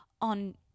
On